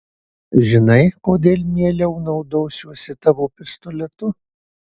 žinai kodėl mieliau naudosiuosi tavo pistoletu